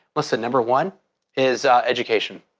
listen, number one is education.